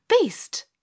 Beast